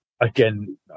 Again